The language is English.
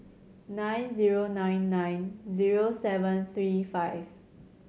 nine zero nine nine zero seven three five